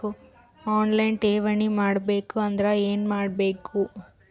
On line ಠೇವಣಿ ಮಾಡಬೇಕು ಅಂದರ ಏನ ಮಾಡಬೇಕು?